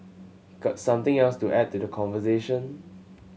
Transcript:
got something else to add to the conversation